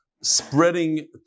spreading